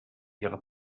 ihre